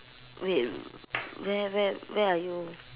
wait w~ where where where are you